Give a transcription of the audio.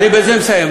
אני בזה מסיים,